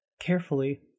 Carefully